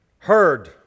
Heard